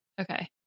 okay